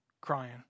crying